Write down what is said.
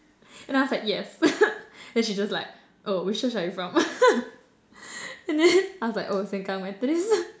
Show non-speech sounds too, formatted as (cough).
and I was like yes (laughs) and then she's like oh which church are you from (laughs) and then I was like oh Sengkang Methodist (laughs)